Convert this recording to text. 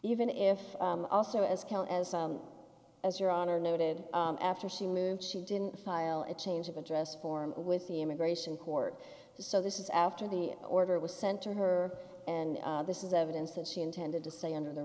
even if also as count as as your honor noted after she moved she didn't file it change of address form with the immigration court so this is after the order was sent to her and this is evidence that she intended to stay under the